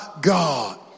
God